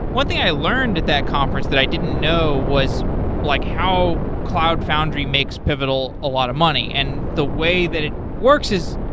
one thing i learned at that conference that i didn't know was like how cloud foundry makes pivotal a lot of money, and the way that it works is,